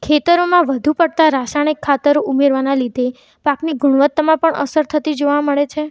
ખેતરોમાં વધુ પડતા રાસાયણિક ખાતરો ઉમેરવાના લીધે પાકની ગુણવત્તામાં પણ અસર થતી જોવા મળે છે